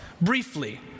briefly